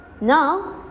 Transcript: Now